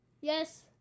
yes